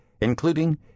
including